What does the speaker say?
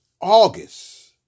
August